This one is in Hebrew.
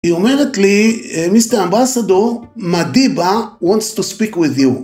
היא אומרת לי, מיסטר אמברסדור, מדיבה wants to speak with you.